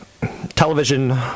Television